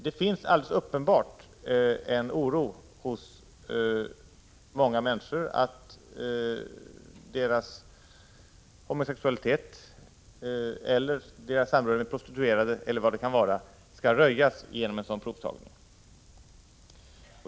Det finns ju alldeles uppenbart en oro hos många människor för att deras homosexualitet eller deras samröre med prostituerade, eller vad det nu kan vara, skall röjas genom en sådan provtagning.